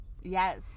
yes